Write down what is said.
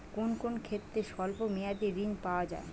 কোন কোন ক্ষেত্রে স্বল্প মেয়াদি ঋণ পাওয়া যায়?